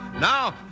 Now